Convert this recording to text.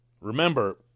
Remember